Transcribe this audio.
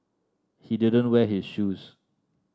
he didn't wear his shoes